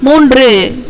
மூன்று